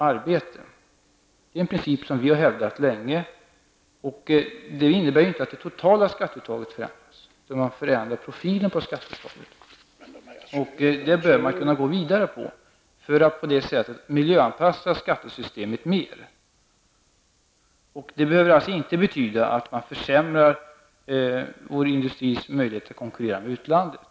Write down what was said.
Det är en princip som vi har hävdat länge. Det innebär inte att det totala skatteuttaget förändras, utan att man ändrar profilen på skatteuttaget. Den linjen bör man gå vidare på för att på det viset i högre grad miljöanpassa skattesystemet. Gör man det på ett bra sätt, behöver det alltså inte betyda att man försämrar vår industris möjligheter att konkurrera med utlandet.